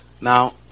now